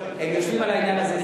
הם יושבים על העניין הזה.